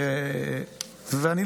זה אנחנו, על זה קמה המדינה.